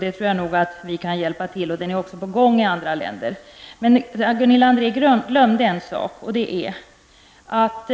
Jag tror att vi kan hjälpa till på det området, och denna utveckling är också på gång i andra länder. Gunilla André glömde en sak, nämligen att